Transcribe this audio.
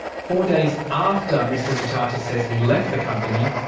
four days after mr detata says he left the company,